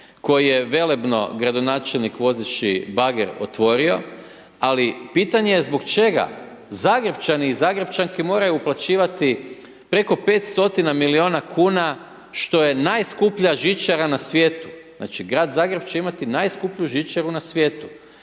koji je velebno gradonačelnik vozeći bager otvorio, ali pitanje je zbog čega Zagrepčani i Zagrepčanke moraju uplaćivati preko 5 stotina milijuna kuna, što je najskuplja žičara na svijeta. Znači, grad Zagreb će imati najskuplju žičaru na svijetu.